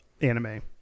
anime